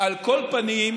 על כל פנים,